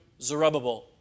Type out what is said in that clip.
Zerubbabel